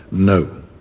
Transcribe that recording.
No